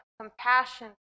compassion